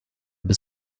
bis